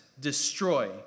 Destroy